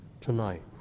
tonight